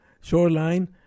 shoreline